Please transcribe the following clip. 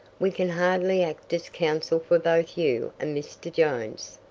we can hardly act as counsel for both you and mr. jones.